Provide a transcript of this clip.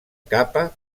capa